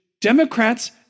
Democrats